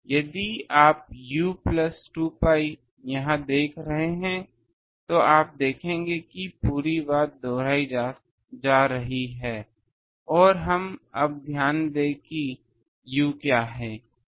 यदि आप u plus 2 pi यहाँ रख रहे हैं तो आप देखेंगे कि पूरी बात दोहराई जा रही है और हम अब ध्यान दें कि u क्या हैं